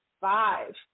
five